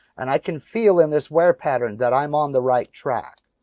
and i can feel, in this wear pattern, that i'm on the right track.